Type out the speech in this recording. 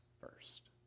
first